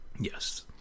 Yes